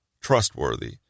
trustworthy